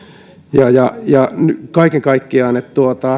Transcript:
kaiken kaikkiaan